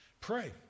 Pray